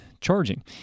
charging